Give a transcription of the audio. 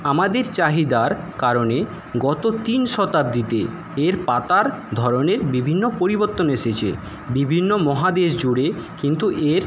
আমাদের চাহিদার কারণে গত তিন শতাব্দিতে এর পাতার ধরণের বিভিন্ন পরিবর্তন এসেছে বিভিন্ন মহাদেশ জুড়ে কিন্তু এর